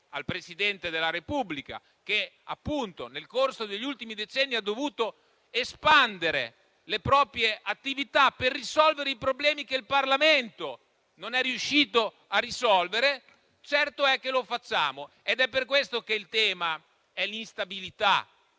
al Presidente della Repubblica, che appunto nel corso degli ultimi decenni ha dovuto espandere le proprie attività per risolvere i problemi che il Parlamento non è riuscito ad affrontare, lo facciamo. È per questo che il tema principale è l'instabilità